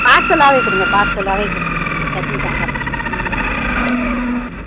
பார்சலாகவே கொடுங்க பார்சலாகவே கொடுத்து கொடுங்க சட்னி சாம்பார் வச்சு ஆ ஆ ம்